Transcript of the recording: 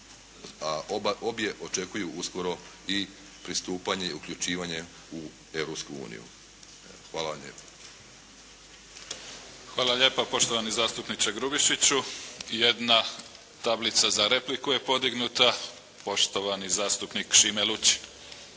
a obje očekuju uskoro i pristupanje i uključivanje u Europsku uniju. Hvala vam lijepo. **Mimica, Neven (SDP)** Hvala lijepo poštovani zastupniče Grubišiću. Jedna tablica za repliku je podignuta. Poštovani zastupnik Šime Lučin.